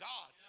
God